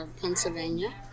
Pennsylvania